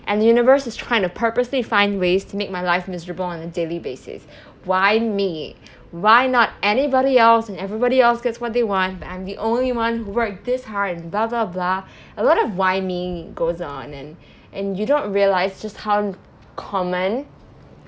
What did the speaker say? and the universe is trying to purposely find ways to make my life miserable on a daily basis why me why not anybody else and everybody else gets what they want but I'm the only one who worked this hard and blah blah blah a lot of why me goes on and and you don't realise just how common